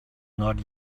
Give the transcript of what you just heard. not